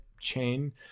chain